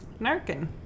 Narkin